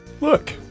Look